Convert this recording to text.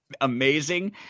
amazing